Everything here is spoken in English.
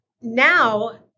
Now